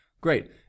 Great